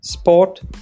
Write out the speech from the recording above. Sport